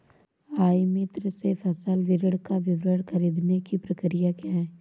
ई मित्र से फसल ऋण का विवरण ख़रीदने की प्रक्रिया क्या है?